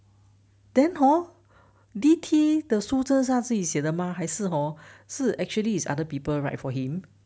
then hor D T 的书是真的他自己写的吗还是 hor 是 actually is other people write for him